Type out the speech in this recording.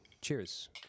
Cheers